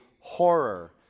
horror